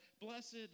blessed